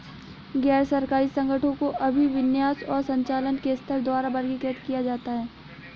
गैर सरकारी संगठनों को अभिविन्यास और संचालन के स्तर द्वारा वर्गीकृत किया जाता है